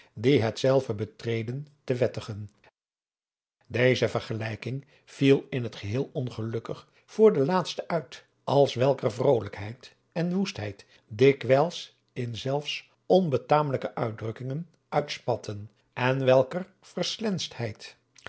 die hetzelve betreden te wettigen deze vergelijking viel in t geheel ongelukkig voor de laatste uit als welker vrolijkheid en woestheid dikwijls in zels onbetamelijke uitdrukkingen uitspatten en welker